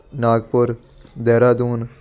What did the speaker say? Nagpur Dehradun